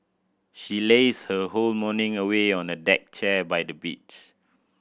she lazed her whole morning away on a deck chair by the beach